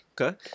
Okay